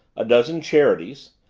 a dozen charities,